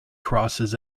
crosses